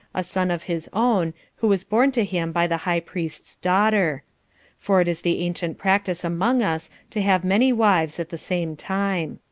a son of his own, who was born to him by the high priest's daughter for it is the ancient practice among us to have many wives at the same time.